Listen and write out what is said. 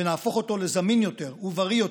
ונהפוך אותו לזמין יותר ובריא יותר,